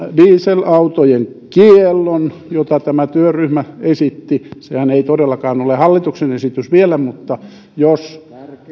dieselautojen kiellon jota tämä työryhmä esitti sehän ei todellakaan ole hallituksen esitys vielä mutta jos